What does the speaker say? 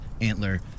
antler